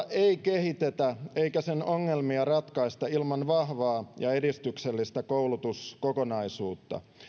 ei kehitetä eikä sen ongelmia ratkaista ilman vahvaa ja edistyksellistä koulutuskokonaisuutta